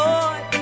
Lord